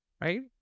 right